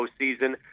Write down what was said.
postseason